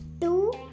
two